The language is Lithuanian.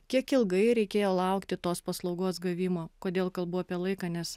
kiek ilgai reikėjo laukti tos paslaugos gavimo kodėl kalbu apie laiką nes